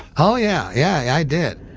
oh yeah, yeah, i did.